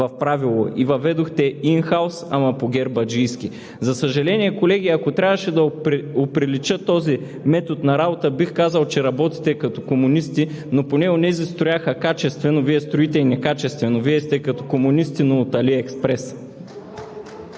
в правило, и въведохте инхаус, ама по гербаджийски. За съжаление, колеги, ако трябваше да оприлича този метод на работа, бих казал, че работите като комунисти, но поне онези строяха качествено, а Вие строите и некачествено. Вие сте като комунисти, но от „Алиекспрес“.